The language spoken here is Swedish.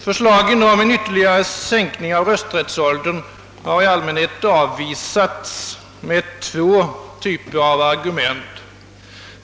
Förslagen om en ytterligare sänkning av rösträttsåldern har i allmänhet avvisats med två typer av argument.